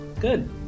Good